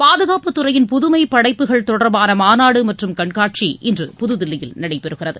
பாதுகாப்புத் துறையின் புதுமைப் படைப்புகள் தொடர்பான மாநாடு மற்றும் கண்காட்சி இன்று புதுதில்லியில் நடைபெறுகிறது